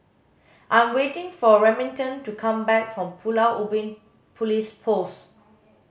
I'm waiting for Remington to come back from Pulau Ubin Police Post